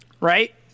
right